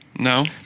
No